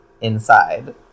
inside